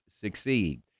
succeed